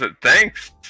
Thanks